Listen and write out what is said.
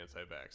anti-vax